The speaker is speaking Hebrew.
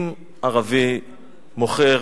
אם ערבי מוכר